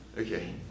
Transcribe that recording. Okay